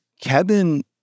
Kevin